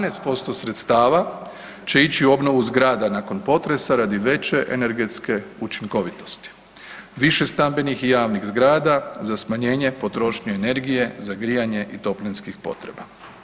12% sredstava će ići u obnovu zgrada nakon potresa radi veće energetske učinkovitosti, više stambenih i javnih zgrada za smanjenje potrošnje energije za grijanje i toplinskih potreba.